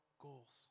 goals